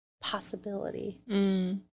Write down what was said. possibility